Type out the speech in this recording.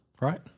right